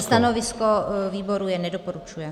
Stanovisko výboru nedoporučuje.